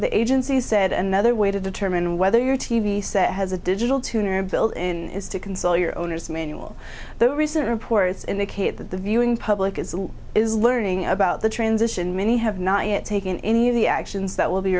the agency said another way to determine whether your t v set has a digital tuner a built in is to console your owner's manual the recent reports indicate that the viewing public is learning about the transition many have not yet taken any of the actions that will be